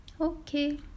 Okay